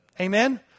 Amen